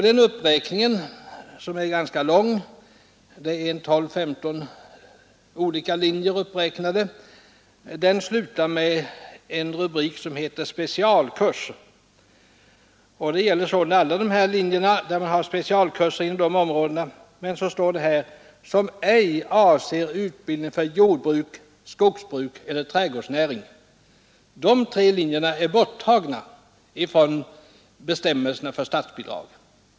Den uppräkningen, som gäller 12—15 olika linjer, avslutas med ”specialkurs som ej avser utbildning för jordbruk, skogsbruk eller trädgårdsnäring”. Dessa tre linjer omfattas alltså inte av bestämmelserna för statsbidrag.